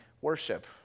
worship